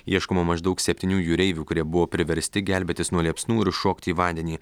ieškoma maždaug septynių jūreivių kurie buvo priversti gelbėtis nuo liepsnų ir šokti į vandenį